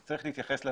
צריך להתייחס לשאלה,